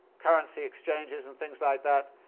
currency exchanges, and things like that.